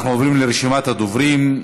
אנחנו עוברים לרשימת הדוברים.